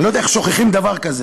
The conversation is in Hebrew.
אני לא יודע איך שוכחים דבר כזה,